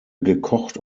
gekocht